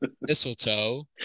Mistletoe